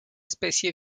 especie